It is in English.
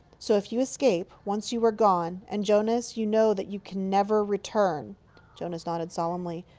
so if you escape, once you are gone and, jonas, you know that you can never return jonas nodded solemnly.